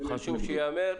חשוב שייאמר.